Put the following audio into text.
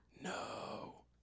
No